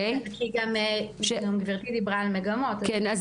גם גברתי דיברה על מגמות --- כן,